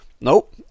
nope